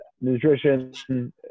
Nutrition